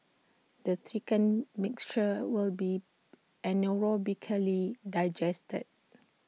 the thickened mixture will be anaerobically digested